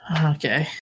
Okay